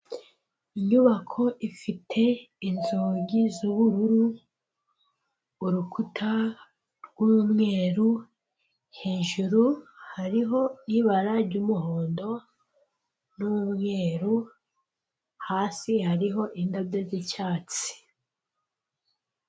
Inyubako ifite inzugi z'ubururu urukuta rw'umweru, hejuru hariho ibara ry'umuhondo n'umweru hasi hariho indabyo z'icyatsi.